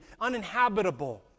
uninhabitable